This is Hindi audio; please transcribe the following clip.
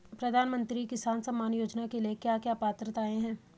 प्रधानमंत्री किसान सम्मान योजना के लिए क्या क्या पात्रताऐं हैं?